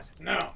No